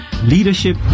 leadership